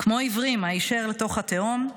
כמו עיוורים היישר לתוך התהום,